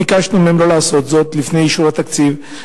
ביקשנו מהם שלא לעשות זאת לפני אישור התקציב,